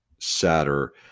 sadder